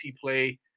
play